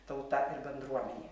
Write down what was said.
tauta ir bendruomenė